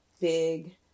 big